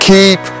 Keep